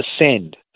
ascend